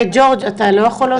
ג'ורג', אתה לא יכול להוסיף?